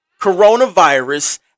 coronavirus